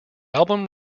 album